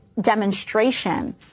demonstration